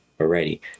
already